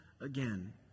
again